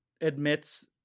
admits